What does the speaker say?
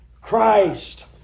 Christ